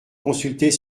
consulter